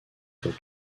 sur